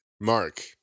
Mark